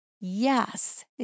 Yes